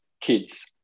kids